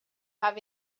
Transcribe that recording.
have